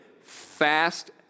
fast